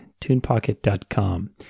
TunePocket.com